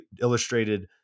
illustrated